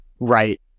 Right